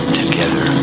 together